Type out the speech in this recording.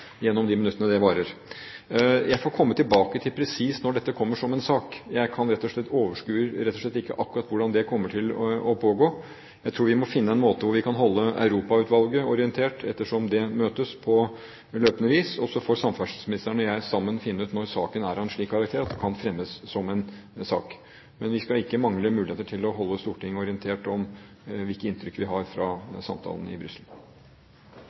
gjennom de minuttene det varer. Jeg får komme tilbake til presis når dette kommer som en sak. Jeg overskuer rett og slett ikke akkurat hvordan det kommer til å pågå. Jeg tror vi må finne en måte vi kan holde Europautvalget orientert på, etter som det møtes på løpende vis, og så får samferdselsministeren og jeg sammen finne ut når saken er av en slik karakter at den kan fremmes som en sak. Men vi skal ikke mangle muligheter til å holde Stortinget orientert om hvilke inntrykk vi har fra samtalene i Brussel.